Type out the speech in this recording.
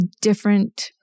different